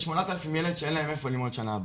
יש 8,000 ילד שאין להם איפה ללמוד בשנה הבאה.